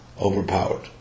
overpowered